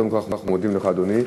קודם כול, אנחנו מודים לך, אדוני.